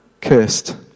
cursed